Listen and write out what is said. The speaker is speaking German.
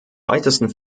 weitesten